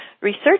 research